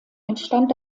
entstand